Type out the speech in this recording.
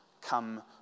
come